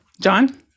John